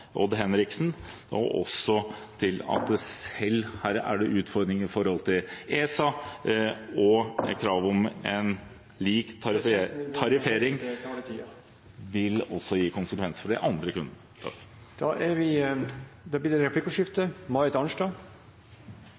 Odd Henriksen, og også til at her er det utfordringer med hensyn til ESA. Krav om en lik tariffering vil også gi konsekvenser for de andre kundene. Presidenten vil be om at man holder seg til taletiden. Det blir replikkordskifte.